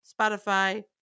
Spotify